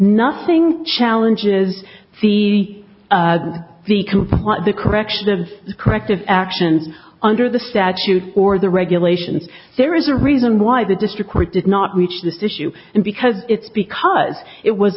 nothing challenges to see the what the correction of corrective action under the statute or the regulations there is a reason why the district court did not reach this issue and because it's because it was